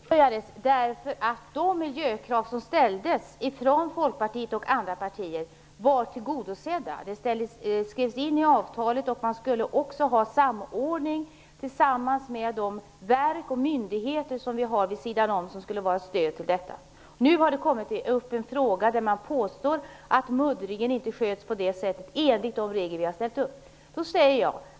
Herr talman! Projektet påbörjades därför att de miljökrav som ställdes från Folkpartiet och andra partier var tillgodosedda. De skrevs in i avtalet. Samordning med verk och myndigheter skulle ske. Dessa skulle samtidigt vara ett stöd. Nu har en fråga kommit upp där det påstås att muddringen inte sköts enligt de fastställda reglerna.